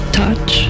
touch